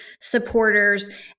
supporters